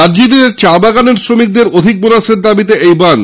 দার্জিলিং এর চাবাগানের শ্রমিকদের অধিক বোনাসের দাবীতে এই বনধ